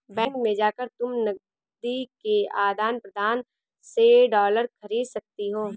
bank में जाकर तुम नकदी के आदान प्रदान से डॉलर खरीद सकती हो